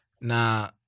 Now